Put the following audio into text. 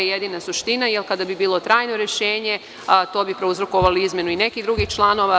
To je jedina suština, jer kada bi bilo trajno rešenje to bi prouzrokovali izmenu i nekih drugih članova.